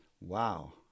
Wow